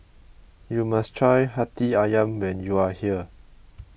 you must try Hati Ayam when you are here